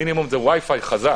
המינימום זה wi fi חזק,